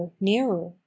nearer